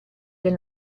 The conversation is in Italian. del